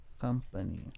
company